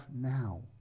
now